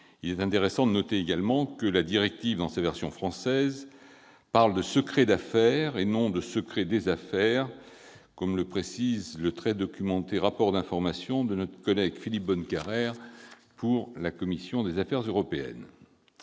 Il est intéressant de noter également que la directive, dans sa version française, parle de « secret d'affaires » et non de « secret des affaires », comme le précise dans son très documenté rapport d'information notre collègue Philippe Bonnecarrère, remis au nom de la commission des affaires européennes.